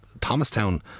Thomastown